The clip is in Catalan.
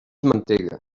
mantega